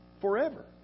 Forever